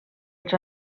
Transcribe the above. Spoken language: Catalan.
els